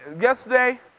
yesterday